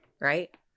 right